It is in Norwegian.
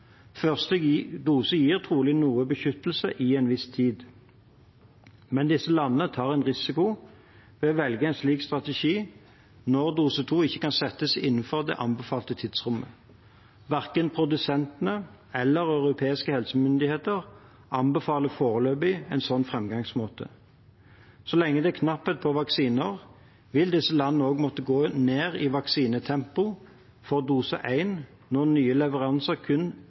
dose gir trolig noe beskyttelse i en viss tid, men disse landene tar en risiko ved å velge en slik strategi når dose 2 ikke kan settes innenfor det anbefalte tidsrommet. Verken produsentene eller europeiske helsemyndigheter anbefaler foreløpig en slik framgangsmåte. Så lenge det er knapphet på vaksiner, vil disse landene også måtte gå ned i vaksinetempo for dose 1 når nye leveranser kun